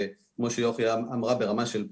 כמו שיוכי אמרה, ברמה של פיילוט,